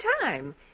time